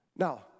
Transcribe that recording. Now